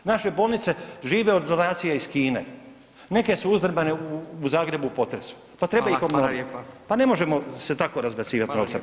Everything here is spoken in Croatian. Naše bolnice žive od donacije iz Kine, neke su uzdrmane u Zagrebu u potresu, pa treba ih obnoviti pa ne možemo se tako razbacivat novcem.